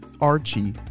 Archie